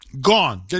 Gone